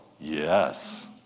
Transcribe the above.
yes